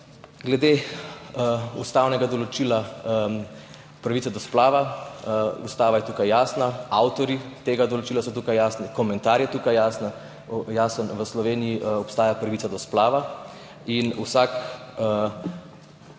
glede ustavnega določila pravice do splava. Ustava je tukaj jasna, avtorji tega določila so tukaj jasni, komentar je tukaj jasen. V Sloveniji obstaja pravica do splava. Ni vsak